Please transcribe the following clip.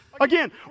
again